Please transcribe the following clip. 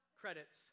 credits